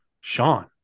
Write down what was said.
Sean